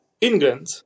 England